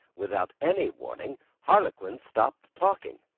without any warning, harlequin stopped talking.